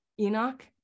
Enoch